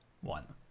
one